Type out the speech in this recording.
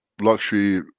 luxury